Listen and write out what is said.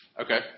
Okay